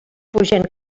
pugen